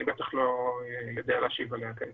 אני בטח לא יודע להשיב עליה כעת.